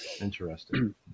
Interesting